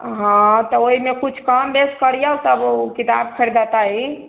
हाँ तऽ ओहिमे किछु कम बेस करिऔ तब ओ किताब खरिदतै